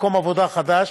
מקום עבודה חדש,